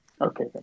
Okay